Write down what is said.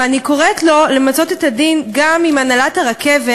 אבל אני קוראת לו למצות את הדין גם עם הנהלת הרכבת,